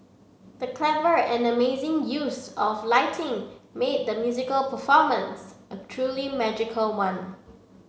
the clever and amazing use of lighting made the musical performance a truly magical one